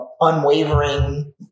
unwavering